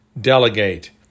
Delegate